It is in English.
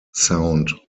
sound